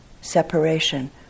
separation